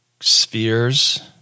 spheres